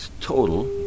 total